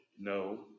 No